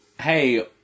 hey